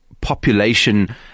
population